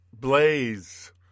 blaze